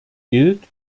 gilt